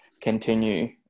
continue